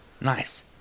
Nice